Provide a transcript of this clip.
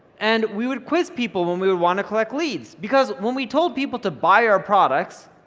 and we would quiz people when we would wanna collect leads, because when we told people to buy our products,